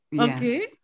okay